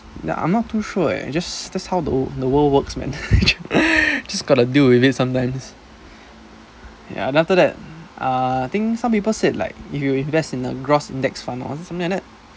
ya I'm not too sure leh just just how the w~ the world works man just gotta deal with it sometimes ya then after that uh I think some people said like if you invest in the gross index fund or something like that